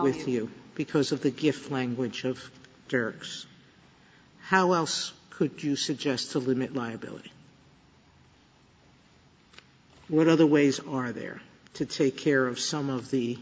with you because of the gift language of jerks how else could you suggest to limit liability what other ways are there to take care of some of the